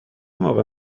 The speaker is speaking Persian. موقع